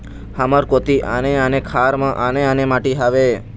हमर कोती आने आने खार म आने आने माटी हावे?